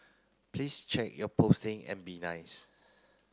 please check your posting and be nice